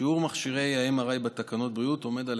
שיעור מכשירי MRI בתקנות בריאות העם עומד על